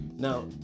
Now